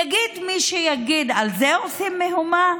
יגיד מי שיגיד: על זה עושים מהומה,